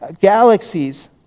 galaxies